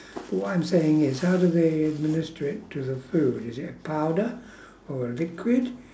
but what I'm saying is how do they administer it to the food is it a powder or a liquid